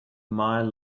mile